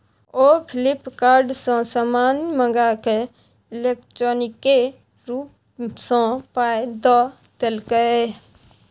ओ Flipkart सँ समान मंगाकए इलेक्ट्रॉनिके रूप सँ पाय द देलकै